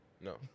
no